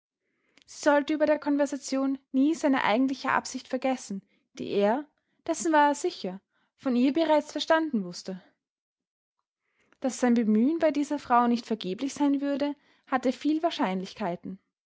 sie sollte über der konversation nie seine eigentliche absicht vergessen die er dessen war er sicher von ihr bereits verstanden wußte daß sein bemühen bei dieser frau nicht vergeblich sein würde hatte viel wahrscheinlichkeiten